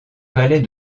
palais